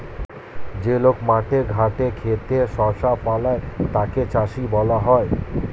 যে লোক মাঠে ঘাটে খেতে শস্য ফলায় তাকে চাষী বলা হয়